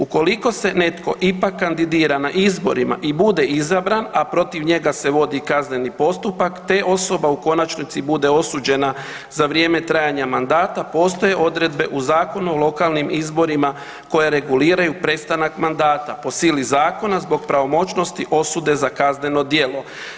Ukoliko se netko ipak kandidira na izborima i bude izabran, a protiv njega se vodi kazneni postupak, te osoba u konačnici bude osuđena za vrijeme trajanja mandata postoje odredbe u Zakonu o lokalnim izborima koje reguliraju prestanak mandata po sili zakona zbog pravomoćnosti osude za kazneno djelo.